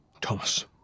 Thomas